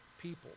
people